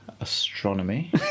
astronomy